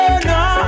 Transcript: no